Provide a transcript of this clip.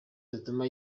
zituma